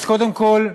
אז קודם כול,